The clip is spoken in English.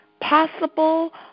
possible